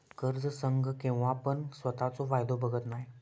कर्ज संघ केव्हापण स्वतःचो फायदो बघत नाय